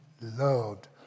loved